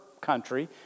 country